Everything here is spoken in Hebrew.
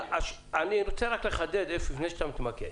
אני רוצה לחדד לפני שאתה מתמקד.